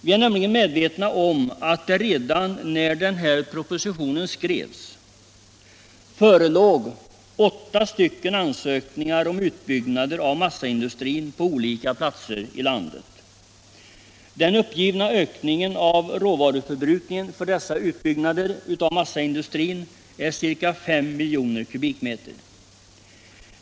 Vi är nämligen medvetna om att det redan när propositionen skrevs förelåg åtta ansökningar om utbyggnader av massaindustrin på olika platser i landet. Den uppgivna ökningen av råvaruförbrukningen för dessa utbyggnader av massaindustrin är ca 5 miljoner kubikmeter.